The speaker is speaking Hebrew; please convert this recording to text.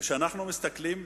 וכשאנחנו מסתכלים,